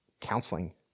counseling